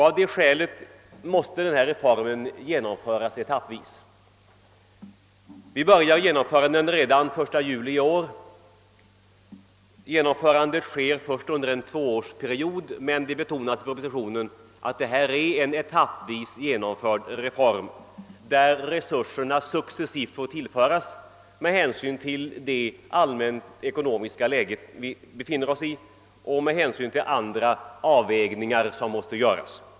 Av det skälet måste reformen genomföras etappvis. Vi börjar redan den 1 juli i år att genomföra en första etapp, men det betonas i utskottsutlåtandet att resurser successivt skall tillföras med hänsyn till det allmänna ekonomiska läget och med hänsyn till olika avvägningar som måste göras.